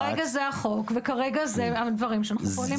כרגע זה החוק וכרגע אלה הדברים שאנחנו פועלים לפיהם.